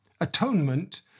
Atonement